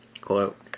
Quote